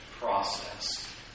process